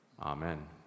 amen